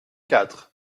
quatre